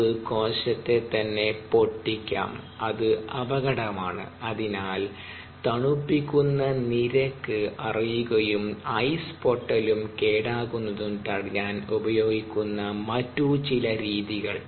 അത് കോശത്തെ തന്നെ പൊട്ടിക്കാം അത് അപകടമാണ് അതിനാൽ തണുപ്പിക്കുന്ന നിരക്ക് അറിയുകയും ഐസ് പൊട്ടലും കേടാകുന്നതും തടയാൻ ഉപയോഗിക്കുന്ന മറ്റ് ചില രീതികൾ